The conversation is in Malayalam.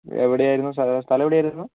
എവിടെ ആയിരുന്നു സ്ഥലം സ്ഥലം എവിടെ ആയിരുന്നു